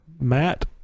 Matt